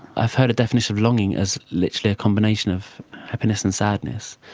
i've heard a definition of longing as literally a combination of happiness and sadness.